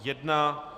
1.